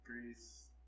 Greece